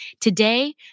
Today